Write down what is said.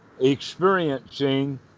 experiencing